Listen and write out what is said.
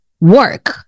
work